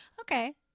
Okay